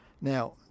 Now